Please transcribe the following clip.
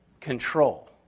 control